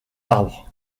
arbres